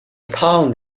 town